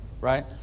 right